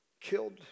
killed